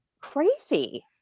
crazy